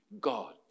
God